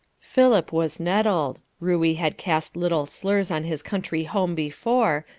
philip was nettled. ruey had cast little slurs on his country home before,